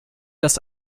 das